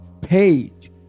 page